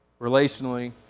relationally